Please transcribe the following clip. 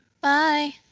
Bye